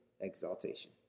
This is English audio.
exaltation